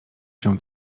się